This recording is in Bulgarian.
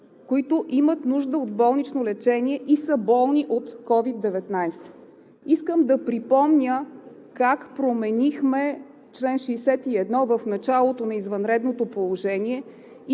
които имат нужда от болнично лечение и са болни от COVID-19. Искам да припомня как променихме чл. 61 в началото на извънредното положение